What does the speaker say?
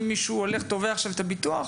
אני לא בטוח שמישהו תובע את הביטוח.